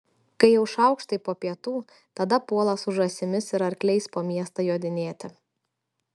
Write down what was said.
kai jau šaukštai po pietų tada puola su žąsimis ir arkliais po miestą jodinėti